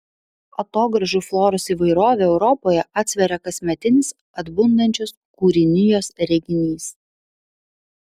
atogrąžų floros įvairovę europoje atsveria kasmetinis atbundančios kūrinijos reginys